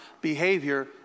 behavior